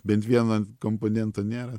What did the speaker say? bent vieno komponento nėra